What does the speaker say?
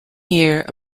year